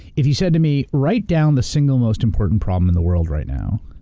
if you said to me, write down the single most important problem in the world right now.